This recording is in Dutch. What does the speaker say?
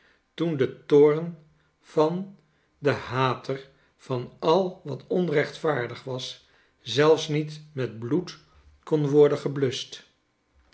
toen de toorn van den hater van al wat onrechtvaardig was zelfs niet met bloed kon worden geblusoht